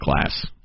class